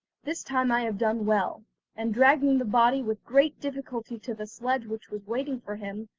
this time i have done well' and dragging the body with great difficulty to the sledge which was waiting for him,